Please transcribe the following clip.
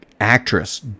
actress